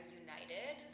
united